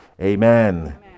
amen